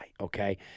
okay